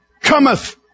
cometh